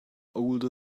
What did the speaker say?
older